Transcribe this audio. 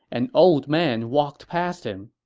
an old man walked past him.